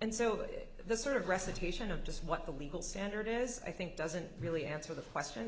and so that this sort of recitation of just what the legal standard is i think doesn't really answer the question